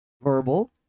verbal